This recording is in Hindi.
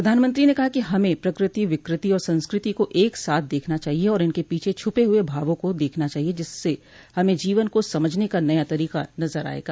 प्रधानमंत्री ने कहा कि हमें प्रकृति विकृति और संस्कृति को एक साथ देखना चाहिए और इनके पीछे छूपे हुए भावों को देखना चाहिए जिससे हमें जीवन को समझने का नया तरीका नजर आयेगा